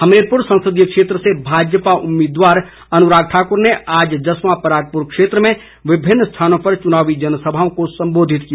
हमीरपुर संसदीय क्षेत्र से भाजपा उम्मीदवार अनुराग ठाक्र ने आज जसवां परागपुर क्षेत्र में विभिन्न स्थानों पर चुनावी जनसभाओं को संबोधित किया